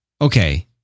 Okay